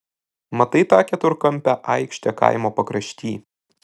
matai tą keturkampę aikštę kaimo pakrašty